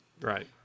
Right